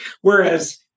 whereas